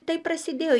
taip prasidėjo